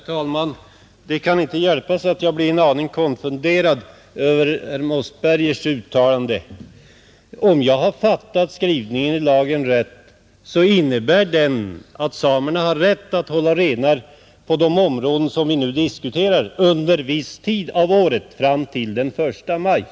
Herr talman! Det kan inte hjälpas att jag blir en aning konfunderad över herr Mossbergers uttalande. Om jag fattat lagtexten rätt innebär den att samerna kan hålla renar på de områden vi nu diskuterar under en viss tid av året — fram till den 1 maj.